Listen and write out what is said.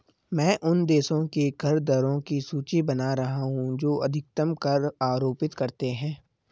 मैं उन देशों के कर दरों की सूची बना रहा हूं जो अधिकतम कर आरोपित करते हैं